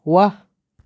वाह